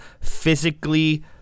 physically